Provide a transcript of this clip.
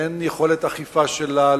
אין יכולת אכיפה שלה,